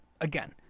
again